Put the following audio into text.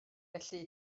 felly